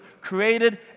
created